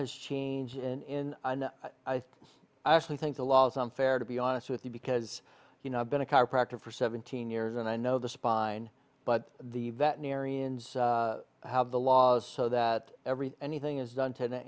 has changed in and i think i actually think the law is unfair to be honest with you because you know i've been a chiropractor for seventeen years and i know the spine but the veterinarians have the laws so that every anything is done to the